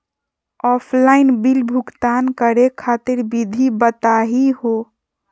Offline bill भुगतान करे खातिर विधि बताही हो?